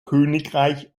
königreich